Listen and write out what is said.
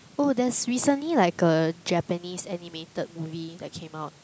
oh there's recently like a Japanese animated movie that came out